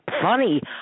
Funny